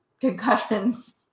concussions